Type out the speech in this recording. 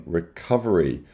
recovery